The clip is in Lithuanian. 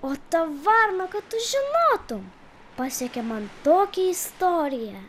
o ta varna kad tu žinotum pasiekė man tokią istoriją